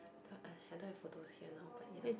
I don't have photos here now but ya